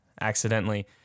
accidentally